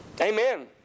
Amen